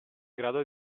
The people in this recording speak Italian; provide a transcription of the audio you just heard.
grado